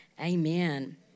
amen